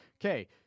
Okay